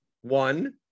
One